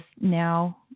now